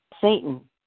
Satan